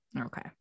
Okay